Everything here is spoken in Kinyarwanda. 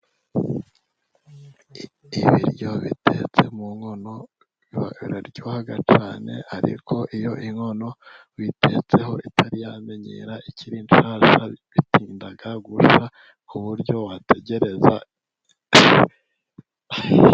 Ibiryo bitetse mu nkono biraryoha cyane, ariko iyo inkono uyitetseho itari yamenyera ikirishyashya bitinda gushya ku buryo wategereza.